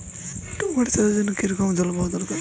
Tomato চাষের জন্য কি রকম জলবায়ু দরকার?